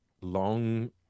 long